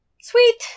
Sweet